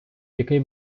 який